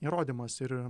įrodymas ir